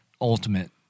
ultimate